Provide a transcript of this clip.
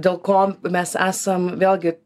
dėl ko mes esam vėlgi